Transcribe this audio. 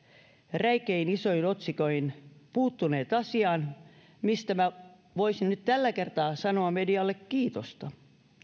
räikein isoin otsikoin puuttuneet asiaan mistä minä voisin nyt tällä kertaa sanoa medialle kiitosta